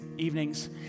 evenings